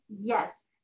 Yes